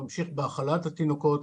ממשיך בהאכלת התינוקות,